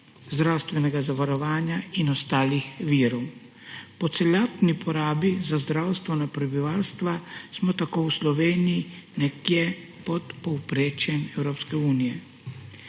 zdravstvenega zavarovanja in ostalih virov. Po celotni porabi za zdravstvo na prebivalstva smo tako v Sloveniji nekje pod povprečjem Evropske unije.